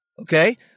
Okay